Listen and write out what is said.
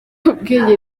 ubwenge